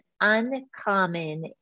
Uncommon